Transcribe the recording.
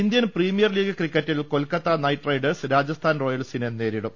Indian premier league ക്രിക്കറ്റിൽ Kolkata knight riders Rajasthan റോയൽസിനെ നേരിടും